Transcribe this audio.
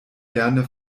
gerne